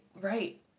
right